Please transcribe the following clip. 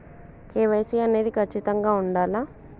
KYC అనేది ఖచ్చితంగా ఉండాలా?